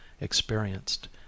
experienced